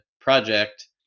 project